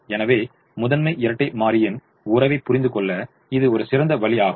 எனவே முதன்மை இரட்டை மாறியின் உறவைப் புரிந்து கொள்ள இது ஒரு சிறந்த வழியாகும்